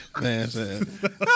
Man